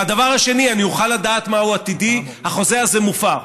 והדבר השני, אוכל לדעת מה עתידי, החוזה הזה מופר.